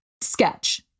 sketch